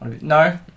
No